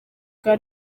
bwa